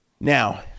Now